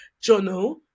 journal